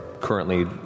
currently